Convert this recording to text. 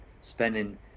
spending